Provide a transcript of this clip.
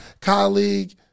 colleague